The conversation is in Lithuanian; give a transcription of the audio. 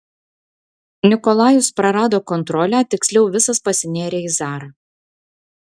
nikolajus prarado kontrolę tiksliau visas pasinėrė į zarą